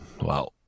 Wow